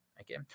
okay